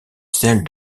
celle